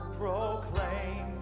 proclaim